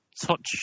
touch